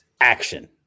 Action